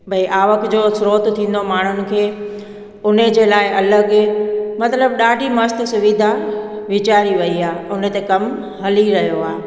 भई आवक जो श्रोत थींदो माण्हुनि खे उन जे लाइ अलॻि मतिलबु ॾाढी मस्तु सुविधा वीचारी वई आहे उन ते कमु हली रहियो आहे